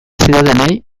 zidatenei